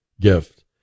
gift